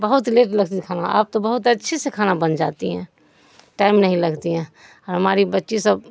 بہت لیٹ لگتی ہے کھانا آپ تو بہت اچھے سے کھا بن جاتی ہیں ٹائم نہیں لگتی ہے اور ہماری بچی سب